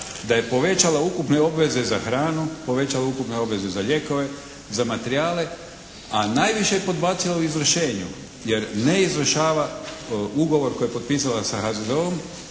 Da je povećala ukupne obveze za hranu, povećala ukupne obveze za lijekove, za materijale, a najviše je podbacila u izvršenju, jer je izvršava ugovor koji je potpisala sa HZZO-om